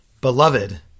beloved